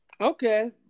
Okay